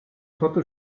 fatto